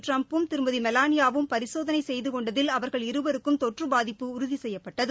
டிரம்ப்பும் திருமதி மெலானியாவும் பரிசோதனை செய்து கொண்டதில் அவர்கள் இருவருக்கும் தொற்று பாதிப்பு உறுதி செய்யப்பட்டது